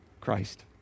Christ